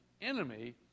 enemy